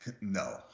No